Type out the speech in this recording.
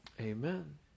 Amen